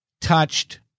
touched